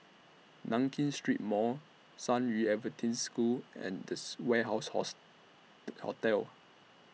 Nankin Street Mall San Yu Adventist School and This Warehouse House Hotel